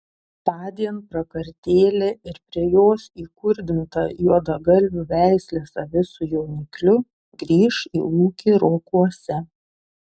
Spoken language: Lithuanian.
tądien prakartėlė ir prie jos įkurdinta juodagalvių veislės avis su jaunikliu grįš į ūkį rokuose